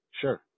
Sure